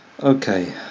Okay